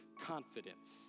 confidence